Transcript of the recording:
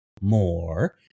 more